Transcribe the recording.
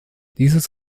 dieses